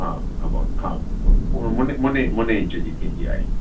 हा अबाउट हा मु मुने मुने मुने इंच जी थींदी आहे